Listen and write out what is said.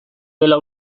dela